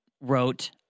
wrote